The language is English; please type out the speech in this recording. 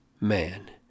man